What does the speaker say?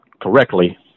correctly